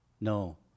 No